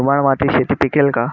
मुरमाड मातीत शेती पिकेल का?